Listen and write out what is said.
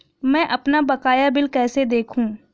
मैं अपना बकाया बिल कैसे देखूं?